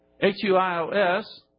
H-U-I-O-S